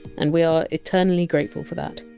and we are eternally grateful for that.